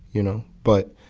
you know? but,